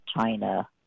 China